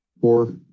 Four